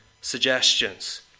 suggestions